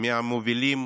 מהמובילים